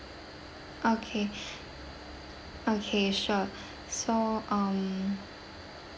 okay okay sure so um